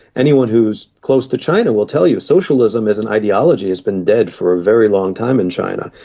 anyone who is close to china will tell you socialism as an ideology has been dead for a very long time in china,